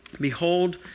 Behold